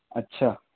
اچھا